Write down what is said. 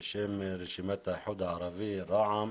בשם רשימת האיחוד הערבי רע"מ.